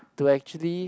to actually